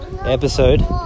episode